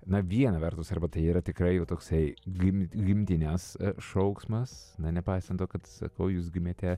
na viena vertus arba tai yra tikrai jau toksai gim gimtinės šauksmas na nepaisant to kad sakau jūs gimėte